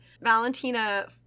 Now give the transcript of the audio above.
Valentina